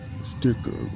Sticker